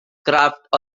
craft